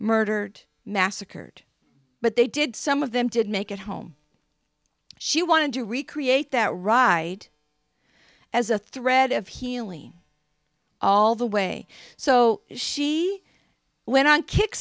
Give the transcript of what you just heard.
murdered massacred but they did some of them did make it home she wanted to recreate that ride as a thread of healing all the way so she went on kick